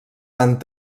van